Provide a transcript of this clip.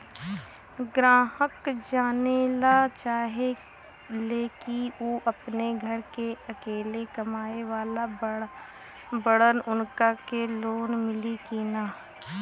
ग्राहक जानेला चाहे ले की ऊ अपने घरे के अकेले कमाये वाला बड़न उनका के लोन मिली कि न?